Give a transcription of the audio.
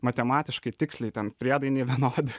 matematiškai tiksliai ten priedainiai vienodi